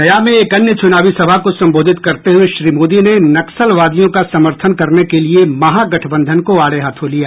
गया में एक अन्य चुनावी सभा को संबोधित करते हुए श्री मोदी ने नक्सलवादियों का समर्थन करने के लिए महागठबंधन को आड़े हाथों लिया